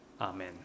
amen